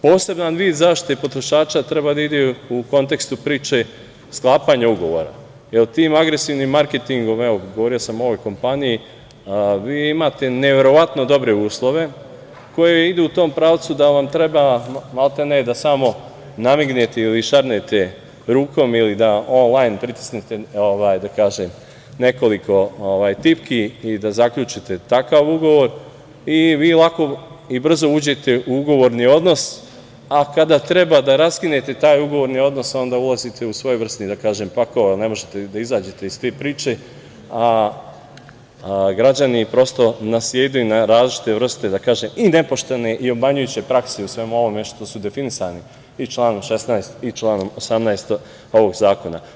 Poseban vid zaštite potrošača treba da ide u kontekstu priče sklapanja ugovora, jer tim agresivnim marketingom, evo, govorio sam o ovoj kompaniji, vi imate neverovatno dobre uslove koji idu u tom pravcu da vam treba maltene da samo namignete ili šarnete rukom ili da onlajn pritisnete nekoliko tipki i da zaključite takav ugovor i vi lako i brzo uđete u ugovorni odnos, a kada treba da raskinete taj ugovorni odnos, onda ulazite u svojevrsni pakao, jer ne možete da izađete iz te priče, a građani prosto nasedaju na različite vrste, da kažem, i nepoštene i obmanjujuće prakse u svemu ovome što su definisani i članom 16. i članom 18. ovog zakona.